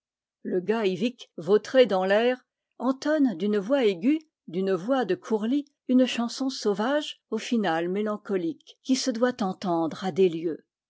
le gars yvic vautré dans l'aire entonne d'une voix aiguë d'une voix de courlis une chanson sau vage aux finales mélancoliques qui se doit entendre à des lieues